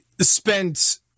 spent